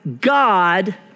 God